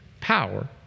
power